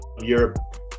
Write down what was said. Europe